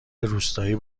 روستایی